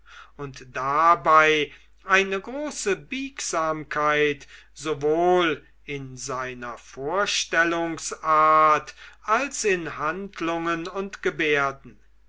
und dabei eine große biegsamkeit sowohl in seiner vorstellungsart als in handlungen und gebärden